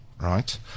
right